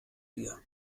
dir